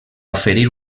oferir